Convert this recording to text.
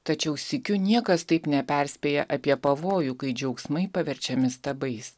tačiau sykiu niekas taip neperspėja apie pavojų kai džiaugsmai paverčiami stabais